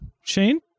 Shane